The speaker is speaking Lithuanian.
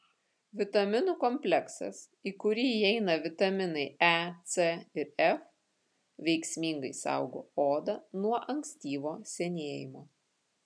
vitaminų kompleksas į kurį įeina vitaminai e c ir f veiksmingai saugo odą nuo ankstyvo senėjimo